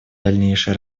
дальнейшее